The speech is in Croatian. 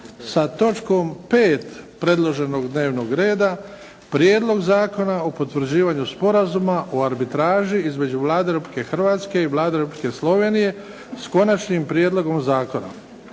sa točkom 5. predloženog dnevnog reda prijedlog Zakona o potvrđivanju sporazuma o arbitraži između Vlade Republike Hrvatske i Vlade Republike Slovenije s konačnim prijedlogom zakona,